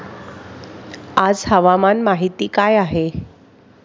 आज हवामान माहिती काय आहे?